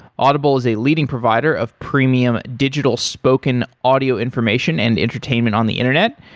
audible is a leading provider of premium digital spoken audio information and entertainment on the internet.